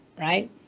right